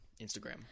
Instagram